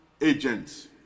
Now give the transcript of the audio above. agents